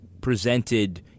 presented